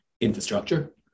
infrastructure